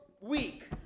week